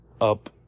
up